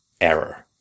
error